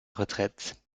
retraite